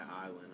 island